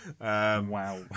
wow